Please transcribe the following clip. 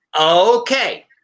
okay